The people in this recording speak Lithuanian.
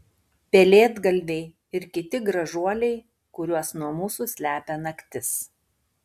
pelėdgalviai ir kiti gražuoliai kuriuos nuo mūsų slepia naktis